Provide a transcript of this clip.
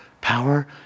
power